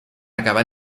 acabar